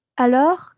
Alors